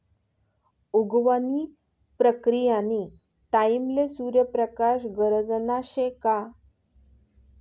उगवण नी प्रक्रीयानी टाईमले सूर्य प्रकाश गरजना शे का